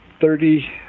thirty